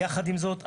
יחד עם זאת,